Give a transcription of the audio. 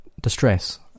distress